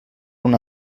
una